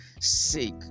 sick